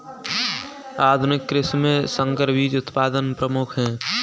आधुनिक कृषि में संकर बीज उत्पादन प्रमुख है